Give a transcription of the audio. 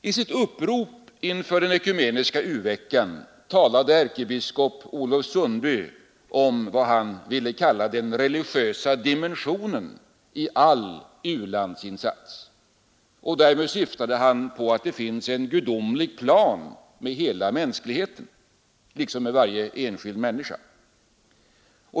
I sitt upprop inför den ekumeniska u-veckan talade ärkebiskop Olof Sundby om vad han ville kalla den religiösa dimensionen i all u-landsinsats, och därmed syftade han på att det finns en gudomlig plan med hela mänskligheten liksom med varje enskild människa.